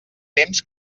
temps